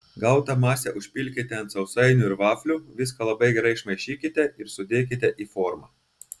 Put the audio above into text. gautą masę užpilkite ant sausainių ir vaflių viską labai gerai išmaišykite ir sudėkite į formą